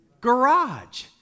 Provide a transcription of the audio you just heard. garage